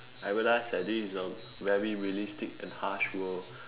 I realise that this is a very realistic and harsh world